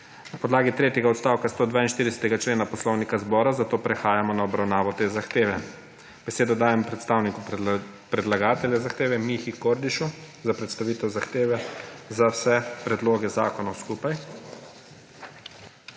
Na podlagi tretjega odstavka 142. člena Poslovnika zbora zato prehajamo na obravnavo te zahteve. Besedo dajem predstavniku predlagatelja zahteva Mihi Kordišu za predstavitev zahteve za vse predloge zakonov skupaj.